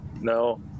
No